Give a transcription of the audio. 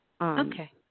Okay